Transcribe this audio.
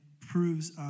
proves